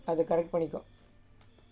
other இல்லை:illai